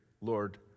Lord